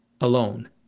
alone